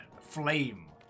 flame